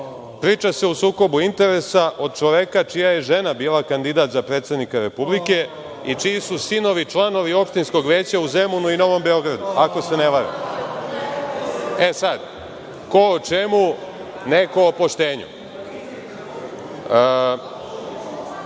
se o sukobu interesa od čoveka čija je žena bila kandidat za predsednika Republike i čiji su sinovi članovi opštinskog veća u Zemunu i Novom Beogradu, ako se ne varam. E, sad, ko o čemu, neko o poštenju. Ovde